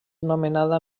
nomenada